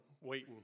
waiting